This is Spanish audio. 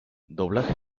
doblaje